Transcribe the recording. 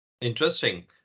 Interesting